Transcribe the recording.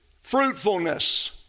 fruitfulness